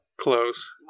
close